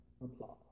Applause